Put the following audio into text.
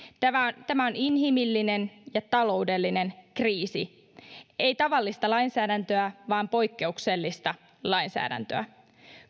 tämä tämä on inhimillinen ja taloudellinen kriisi ei tavallista lainsäädäntöä vaan poikkeuksellista lainsäädäntöä